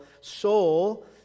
soul